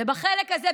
ובחלק הזה,